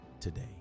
today